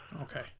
Okay